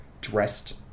dressed